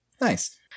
Nice